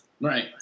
Right